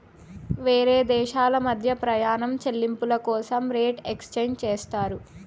వేరే దేశాల మధ్య ప్రయాణం చెల్లింపుల కోసం రేట్ ఎక్స్చేంజ్ చేస్తారు